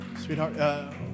Sweetheart